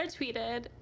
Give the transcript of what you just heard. tweeted